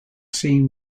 seen